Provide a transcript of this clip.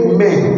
men